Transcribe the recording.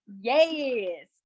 Yes